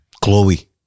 Chloe